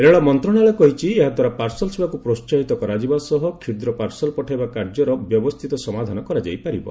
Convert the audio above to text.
ରେଳମନ୍ତ୍ରଣାଳୟ କହିଛି ଏହାଦ୍ୱାରା ପାର୍ସଲ ସେବାକୁ ପ୍ରୋହାହିତ କରାଯିବା ସହ କ୍ଷୁଦ୍ର ପାର୍ସଲ ପଠାଇବା କାର୍ଯ୍ୟର ବ୍ୟବସ୍ଥିତ ସମାଧାନ କରାଯାଇପାରିବ